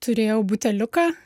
turėjau buteliuką